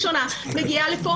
אני פעם ראשונה מגיעה לכאן.